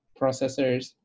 processors